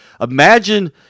imagine